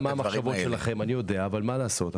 אני יודע מהן המחשבות שלכם, אבל מה לעשות?